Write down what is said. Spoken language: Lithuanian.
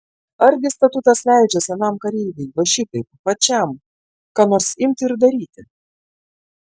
argi statutas leidžia senam kareiviui va šitaip pačiam ką nors imti ir daryti